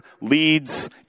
leads